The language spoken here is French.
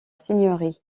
seigneurie